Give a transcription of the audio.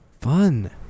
Fun